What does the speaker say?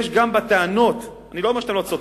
אני לא אומר שאתם לא צודקים.